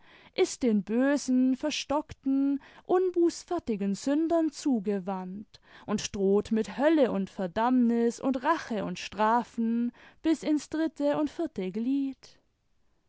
ist den bösen verstockten unbußfertigen sündern zugewandt und droht mit hölle imd verdammnis und rache und strafen bis ins dritte und vierte glied